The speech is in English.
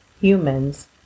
humans